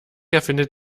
erfindet